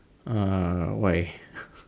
err why